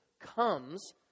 comes